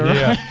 yeah.